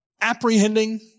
apprehending